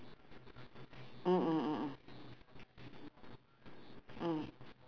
uh he had problem ah when he open business in jakarta